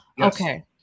Okay